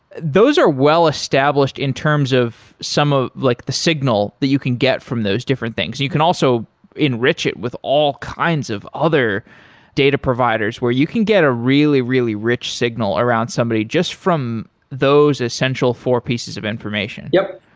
those are well established in terms of some of ah like the signal that you can get from those different things. you can also enrich it with all kinds of other data providers where you can get a really, really rich signal around somebody just from those essential four pieces of information. yep,